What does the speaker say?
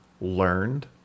learned